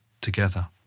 together